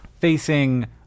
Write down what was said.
facing